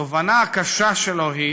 התובנה הקשה שלו היא